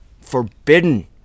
forbidden